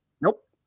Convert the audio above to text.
nope